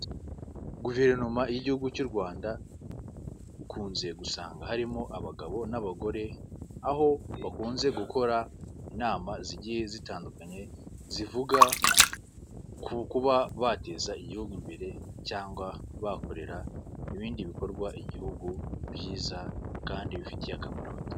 Guverinoma y'igihugu cy'u Rwanda ukunze gusanga harimo abagabo n'abagore, aho bakunze gukora inama zigiye zitandukanye zivuga ku kuba bateza igihugu imbere cyangwa bakorera ibindi bikorwa igihugu byiza kandi bifitiye akamaro abato.